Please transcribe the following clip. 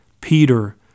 Peter